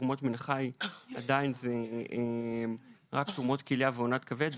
ותרומות מן החי הן עדיין רק תרומות כליה ואונת כבד.